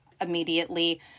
immediately